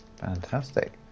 Fantastic